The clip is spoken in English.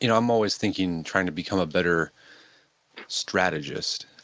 you know i'm always thinking trying to become a better strategist.